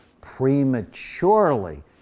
prematurely